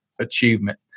achievement